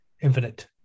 infinite